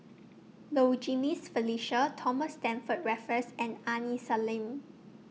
Low Jimenez Felicia Thomas Stamford Raffles and Aini Salim